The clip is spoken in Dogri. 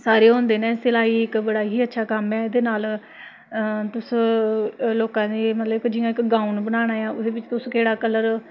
सारे होंदे न सलाई इक बड़ा ही अच्छा कम्म ऐ एह्दे नाल तुस लोकां गी मतलब कि जियां इक गाउन बनाना ऐ ओह्दे बिच्च तुस केह्ड़ा कलर